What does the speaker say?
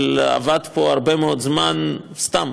אבל אבד פה הרבה מאוד זמן סתם,